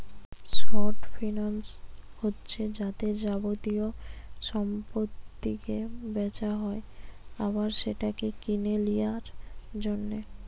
short finance হচ্ছে যাতে যাবতীয় সম্পত্তিকে বেচা হয় আবার সেটাকে কিনে লিয়ার জন্যে